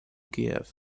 kiev